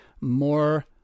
more